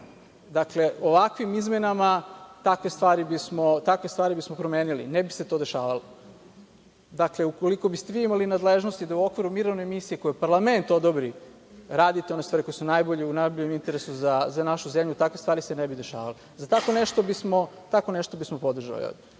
Dakle, ovakvim izmenama takve stvari bismo promenili, ne bi se to dešavalo. Dakle, ukoliko biste vi imali nadležnosti da u okviru mirovne misije, koju parlament odobri, radite one stvari koje su u najboljem interesu za našu zemlju, takve stvari se ne bi dešavale. Za tako nešto bismo podržali ovo.